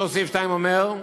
אומר,